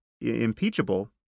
impeachable